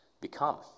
become